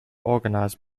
organised